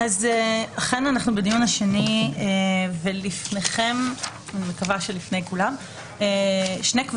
אנחנו אכן בדיון השני ולפניכם שני קבצים.